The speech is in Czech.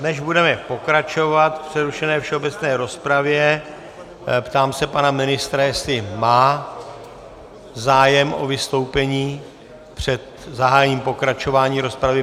Než budeme pokračovat v přerušené všeobecné rozpravě, ptám se pana ministra, jestli má zájem o vystoupení před zahájením pokračování rozpravy.